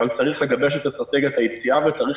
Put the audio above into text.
אבל צריך לגבש את אסטרטגיית היציאה וצריך